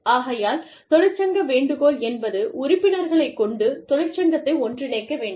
ஆகையால் தொழிற்சங்க வேண்டுகோள் என்பது உறுப்பினர்களைக் கொண்டு தொழிற்சங்கத்தை ஒன்றிணைக்க வேண்டும்